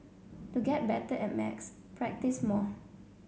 to get better at maths practise more